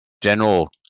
general